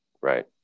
right